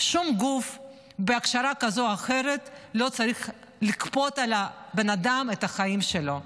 שום גוף בהכשרה כזאת או אחרת לא צריך לכפות על בן אדם את החיים שלו,